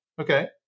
Okay